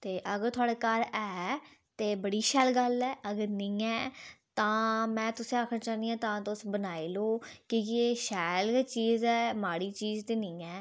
अगर थुआढ़े घर ऐ ते बड़ी शैल गल्ल ऐ ते अगर नेईं ऐ तां में तुसें ईं आखना चाह्न्नी आं तुस बनाई लैओ की एह् शैल गै चीज़ ऐ माड़ी चीज़ नेईं ऐ